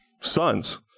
sons